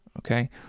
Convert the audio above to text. okay